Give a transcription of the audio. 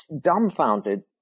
dumbfounded